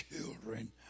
children